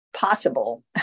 possible